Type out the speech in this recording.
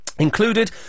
Included